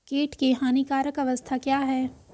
कीट की हानिकारक अवस्था क्या है?